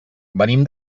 venim